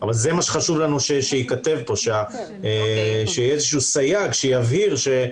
חשוב לנו שזה ייכתב פה, שיהיה סייג שיבהיר.